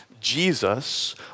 Jesus